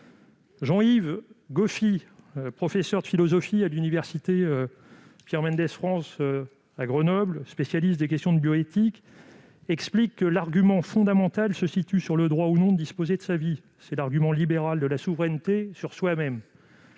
Jean-Yves Goffi, professeur de philosophie à l'université Pierre-Mendès-France, à Grenoble, spécialiste des questions de bioéthique, explique que l'argument fondamental est le droit ou non de disposer de sa vie. C'est l'argument libéral de la souveraineté sur soi-même.